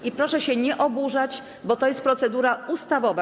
I proszę się nie oburzać, bo to jest procedura ustawowa.